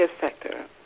sector